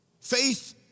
Faith